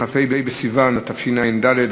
כ"ה בסיוון התשע"ד,